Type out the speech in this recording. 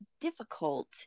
difficult